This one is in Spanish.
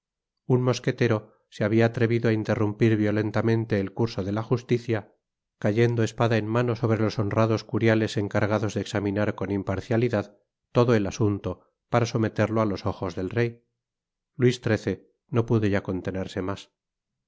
un mosquetero se habia atrevido á interrumpir violentamente el curso de la justicia cayendo espada en mano sobre los honrados curiales encargados de examinar con imparcialidad todo el asunto para someterlo á los ojos del rey luis xiii no pudo ya contenerse mas dió